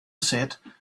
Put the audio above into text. set